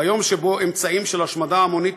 היום שבו אמצעים של השמדה המונית